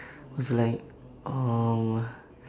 was like uh